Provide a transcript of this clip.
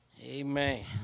Amen